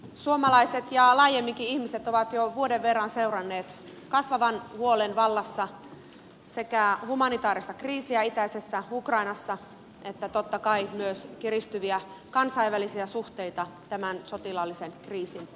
suomalaiset ja laajemminkin ihmiset ovat jo vuoden verran seuranneet kasvavan huolen vallassa sekä humanitaarista kriisiä itäisessä ukrainassa että totta kai myös kiristyviä kansainvälisiä suhteita tämän sotilaallisen kriisin myötä